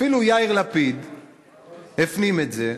אפילו יאיר לפיד הפנים את זה,